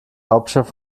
hauptstadt